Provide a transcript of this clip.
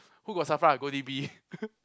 who got Safra go I D_B